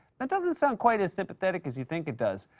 that doesn't sound quite as sympathetic as you think it does.